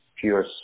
pure